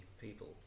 people